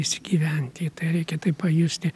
įsigyventi į tai reikia tai pajusti